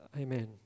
Amen